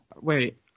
Wait